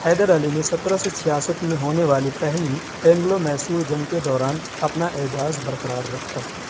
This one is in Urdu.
حیدر علی نے سترہ سو چھیاسٹھ میں ہونے والی پہلی اینگلو میسور جنگ کے دوران اپنا اعجاز برقرار رکھا